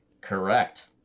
Correct